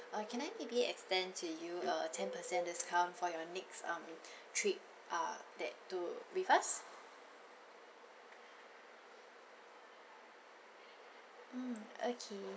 uh can I maybe extent to you a ten percent discount for your next um trip uh that to with us mm okay